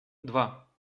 два